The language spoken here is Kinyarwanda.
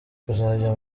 kuzajya